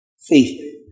faith